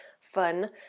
fun